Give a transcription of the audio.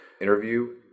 interview